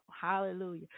hallelujah